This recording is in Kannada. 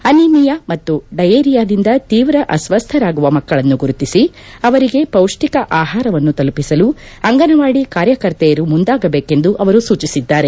ಅನಿಮೀಯಾ ಮತ್ತು ಡಯೇರಿಯಾದಿಂದ ತೀವ್ರ ಅಸ್ತಸ್ಥರಾಗುವ ಮಕ್ಕಳನ್ನು ಗುರುತಿಸಿ ಅವರಿಗೆ ಪೌಷ್ಠಿಕ ಆಹಾರವನ್ನು ತಲುಪಿಸಲು ಅಂಗನವಾಡಿ ಕಾರ್ಯಕರ್ತೆಯರು ಮುಂದಾಗಬೇಕೆಂದು ಅವರು ಸೂಚಿಸಿದ್ದಾರೆ